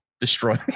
destroy